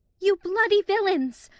you bloody villains,